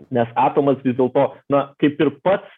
nes atomas vis dėlto na kaip ir pats